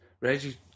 Reggie